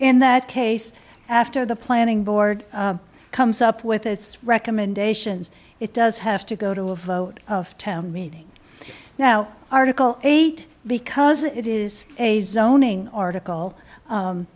in that case after the planning board comes up with its recommendations it does have to go to a vote of town meeting now article eight because it is a zoning article